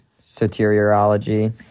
Soteriology